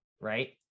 right